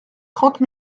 trente